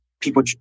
people